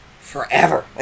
forever